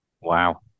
Wow